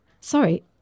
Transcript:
Sorry